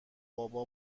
بابا